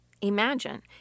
Imagine